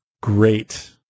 great